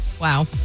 wow